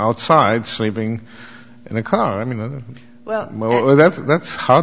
outside sleeping in a car i mean well well that's that's how